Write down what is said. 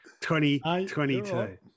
2022